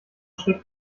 steckt